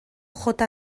jota